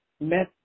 met